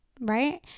right